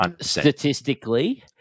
statistically